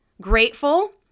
grateful